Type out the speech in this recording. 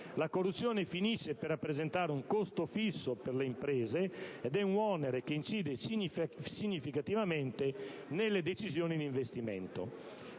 La corruzione finisce per rappresentare un costo «fisso» per le imprese, ed è un onere che incide significativamente nelle decisioni di investimento.